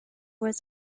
was